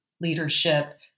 leadership